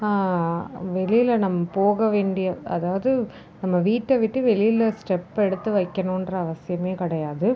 வெளியில் நம்ம போக வேண்டிய அதாவது நம்ம வீட்டை விட்டு வெளியில் ஸ்டெப் எடுத்து வைக்கணும்ன்ற அவசியமே கிடையாது